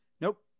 Nope